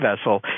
vessel